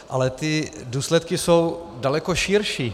Ale ty důsledky jsou daleko širší.